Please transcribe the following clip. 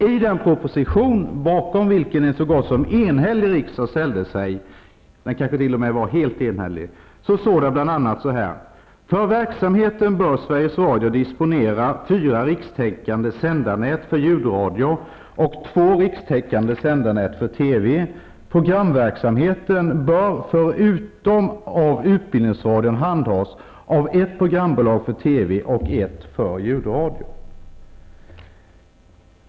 I den proposition bakom vilken en så gott som enhällig riksdag ställde sig -- kanske den t.o.m. var helt enhällig -- stod det bl.a. att för verksamheten bör Sveriges Radio disponera fyra rikstäckande sändarnät för ljudradio och två rikstäckande sändarnät för TV samt att programverksamheten bör förutom av TV och ett för ljudradion.